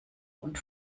und